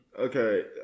Okay